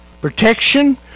protection